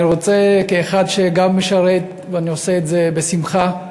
כאחד שגם משרת ועושה את זה בשמחה,